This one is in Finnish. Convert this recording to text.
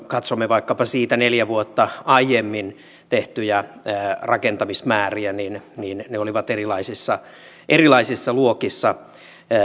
katsomme vaikkapa siitä neljä vuotta aiemmin tehtyjä rakentamismääriä niin niin ne olivat erilaisissa erilaisissa luokissa